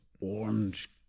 orange